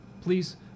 please